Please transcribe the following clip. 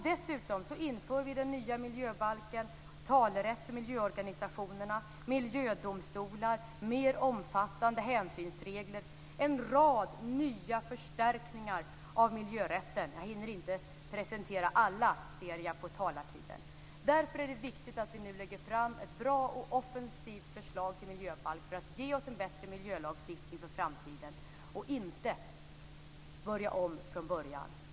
Dessutom inför vi i den nya miljöbalken en rad nya förstärkningar av miljörätten: en talerätt för miljöorganisationerna, miljödomstolar, mer omfattande hänsynsregler - jag ser att jag med hänsyn till min talartid inte hinner presentera dem alla. Det är viktigt att vi nu lägger fram ett bra och offensivt förslag till miljöbalk, som ger oss en bättre miljölagstiftning för framtiden. Vi behöver inte börja om från början.